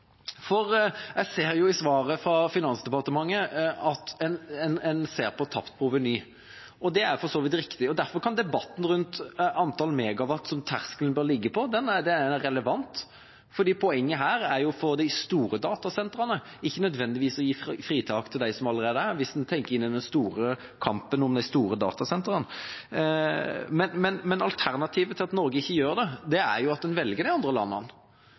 for så vidt riktig, og derfor kan debatten rundt antall megawatt som terskelen bør ligge på, være relevant. Hvis en tenker på den store kampen om de store datasentrene, er poenget å få de store datasentrene hit, ikke nødvendigvis å gi fritak for dem som allerede er her. Alternativet til at Norge ikke gjør dette, er at en velger de andre landene.